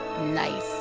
Nice